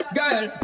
girl